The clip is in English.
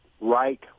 right